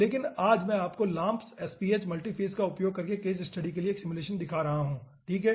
लेकिन आज मैं आपको LAAMPS SPH मल्टीफ़ेज़ का उपयोग करके केस स्टडी के लिए एक सिमुलेशन दिखा रहा हूँ ठीक है